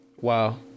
Wow